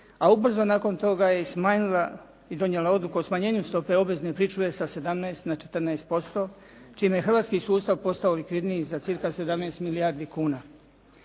a ubrzo nakon toga je i smanjila i donijela odluku o smanjenju obvezne pričuve sa 17 na 14% čime je hrvatski sustava postao likvidniji za cca 17 milijardi kuna.